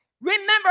Remember